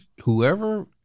whoever